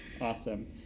Awesome